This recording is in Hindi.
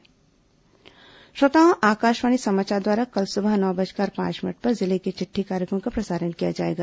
जिले की चिटटी श्रोताओं आकाशवाणी समाचार द्वारा कल सुबह नौ बजकर पांच मिनट पर जिले की चिट्ठी कार्यक्रम का प्रसारण किया जाएगा